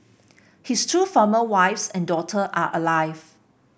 his two former wives and daughter are alive